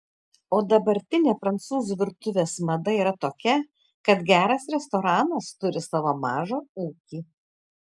o dabartinė prancūzų virtuvės mada yra tokia kad geras restoranas turi savo mažą ūkį